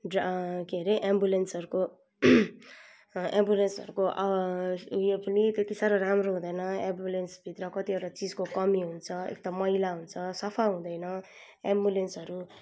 draw के अरे एम्बुलेन्सहरूको एम्बुलेन्सहरूको यो पनि त्यति साह्रो राम्रो हुँदैन एम्बुलेन्स भित्र कतिवटा चिजको कमी हुन्छ एक त मैला हुन्छ सफा हुँदैन एम्बुलेन्सहरू